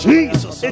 Jesus